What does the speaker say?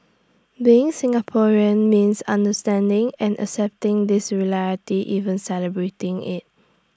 being Singaporean means understanding and accepting this reality even celebrating IT